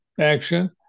action